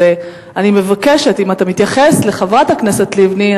אז אני מבקשת: אם אתה מתייחס לחברת הכנסת לבני,